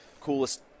coolest